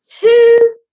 Two